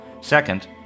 Second